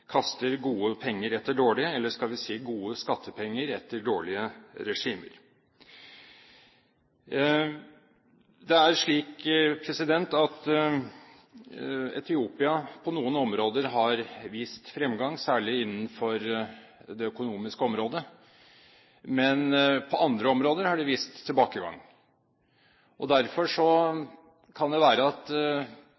kaster gode penger etter dårlige, eller skal vi si gode skattepenger etter dårlige regimer. Det er slik at Etiopia på noen områder har vist fremgang, særlig innenfor det økonomiske området, men på andre områder har man vist tilbakegang. Derfor kan det